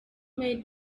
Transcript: made